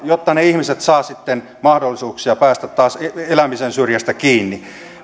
jotta ne ihmiset saavat sitten mahdollisuuksia päästä taas elämisen syrjästä kiinni